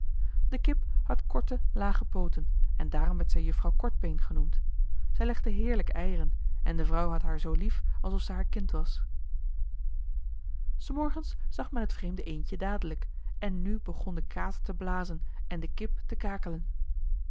de kip had korte lage pooten en daarom werd zij juffrouw kortbeen genoemd zij legde heerlijke eieren en de vrouw had haar zoo lief alsof zij haar kind was s morgens zag men het vreemde eendje dadelijk en nu begon de kater te blazen en de kip te